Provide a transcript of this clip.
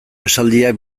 esaldiak